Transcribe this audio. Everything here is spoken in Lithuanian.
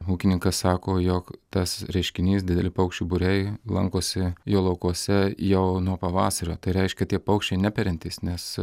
ūkininkas sako jog tas reiškinys dideli paukščių būriai lankosi jo laukuose jau nuo pavasario tai reiškia tie paukščiai neperiantys nes